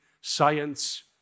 science